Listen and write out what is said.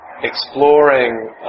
exploring